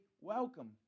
welcome